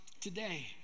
today